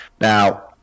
Now